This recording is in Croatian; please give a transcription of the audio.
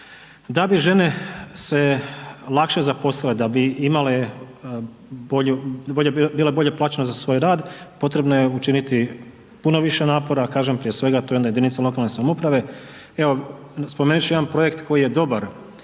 Da bi žene se lakše zaposlile, da bi imale da bi bile bolje plaćene za svoj rad potrebno je učiniti puno više napora kažem prije svega to je na jedinicama lokalne samouprave. Evo spomenut ću jedan projekt koji je dobar,